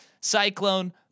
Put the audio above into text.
Cyclone